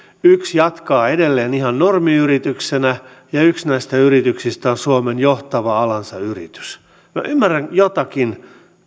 yksi jatkaa edelleen ihan normiyrityksenä ja yksi näistä yrityksistä on suomen johtava alansa yritys minä ymmärrän jotakin